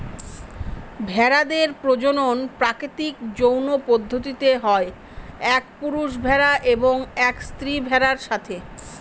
ভেড়াদের প্রজনন প্রাকৃতিক যৌন পদ্ধতিতে হয় এক পুরুষ ভেড়া এবং এক স্ত্রী ভেড়ার সাথে